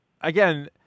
again